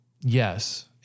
yes